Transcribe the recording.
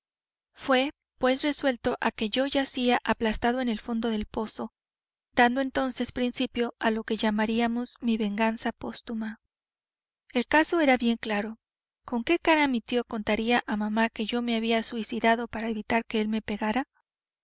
fué pues resuelto que yo yacía aplastado en el fondo del pozo dando entonces principio a lo que llamaríamos mi venganza póstuma el caso era bien claro con qué cara mi tío contaría a mamá que yo me había suicidado para evitar que él me pegara